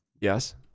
yes